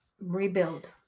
Rebuild